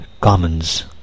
Commons